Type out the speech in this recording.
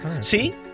See